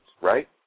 right